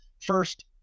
First